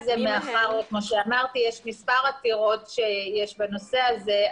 זה כי מאחר שכמו אמרתי יש מספר עתירות בנושא הזה.